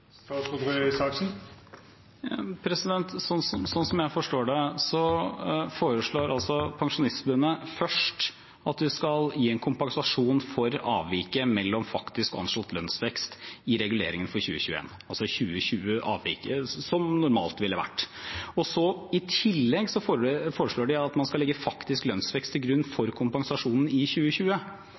Sånn som jeg forstår det, foreslår altså Pensjonistforbundet først at vi skal gi en kompensasjon for avviket ved faktisk anslått lønnsvekst i reguleringen for 2021, altså 2020-avviket, som normalt ville vært. I tillegg foreslår de at man skal legge faktisk lønnsvekst til grunn for kompensasjonen i 2020.